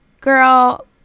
girl